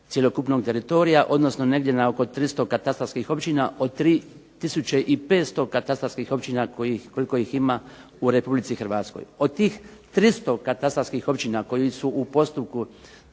cjelokupnog teritorija, odnosno negdje na oko 300 katastarskih općina, od 3 tisuće i 500 katastarskih općina koliko ih ima u Republici Hrvatskoj. Od tih 300 katastarskih općina koji su u postupku